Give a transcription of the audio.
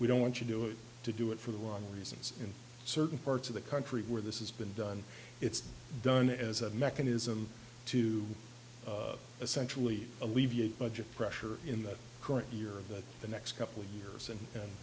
we don't want to do it to do it for the wrong reasons in certain parts of the country where this is been done it's done as a mechanism to essentially alleviate budget pressure in the current year that the next couple of years and